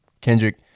Kendrick